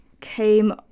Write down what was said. came